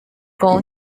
提供